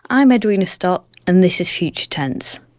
i'm edwina stott, and this is future tense.